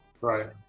right